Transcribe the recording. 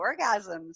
orgasms